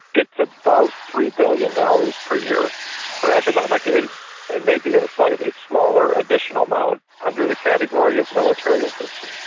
it's about three billion dollars per year for economic aid and maybe ah a slightly smaller additional amount under the category of military assistance.